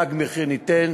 "תג מחיר" ניתן.